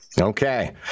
Okay